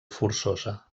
forçosa